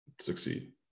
succeed